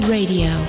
Radio